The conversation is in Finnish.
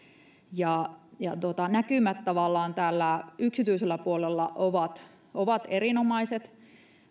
näkymät tavallaan täällä yksityisellä puolella ovat ovat erinomaiset